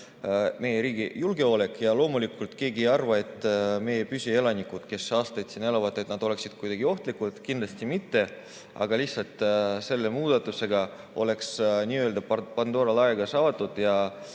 meie riigi julgeolek. Loomulikult keegi ei arva, et meie püsielanikud, kes siin aastaid elavad, on kuidagi ohtlikud, kindlasti mitte. Lihtsalt selle muudatusega oleks n-ö Pandora laegas avatud